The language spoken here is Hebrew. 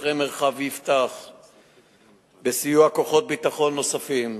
שוטרי מרחב יפתח בסיוע כוחות ביטחון נוספים.